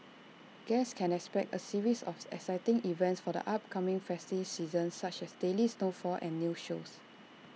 guests can expect A series of exciting events for the upcoming festive season such as daily snowfall and new shows